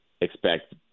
expect